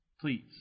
Please